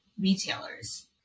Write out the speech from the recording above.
retailers